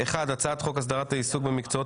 1. הצעת חוק הסדרת העיסוק במקצועות